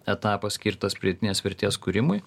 etapas skirtas pridėtinės vertės kūrimui